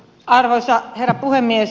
arvoisa herra puhemies